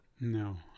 No